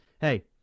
hey